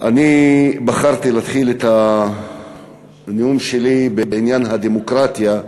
אני בחרתי להתחיל את הנאום שלי בעניין הדמוקרטיה,